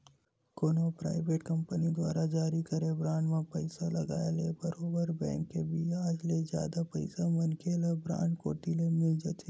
कोनो private company दुवारा जारी करे बांड म पइसा लगाय ले बरोबर बेंक के बियाज ले जादा पइसा मनखे ल बांड कोती ले मिल जाथे